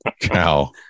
cow